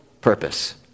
purpose